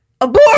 Abort